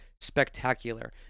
spectacular